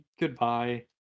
Goodbye